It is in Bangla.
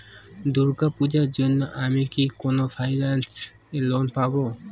দূর্গা পূজোর জন্য আমি কি কোন ফাইন্যান্স এ লোন পাবো?